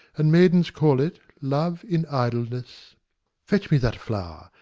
and maidens call it love-in-idleness. fetch me that flow'r,